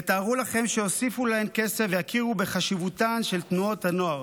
תתארו לכם שיוסיפו להן כסף ויכירו בחשיבותן של תנועות הנוער,